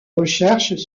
recherches